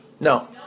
No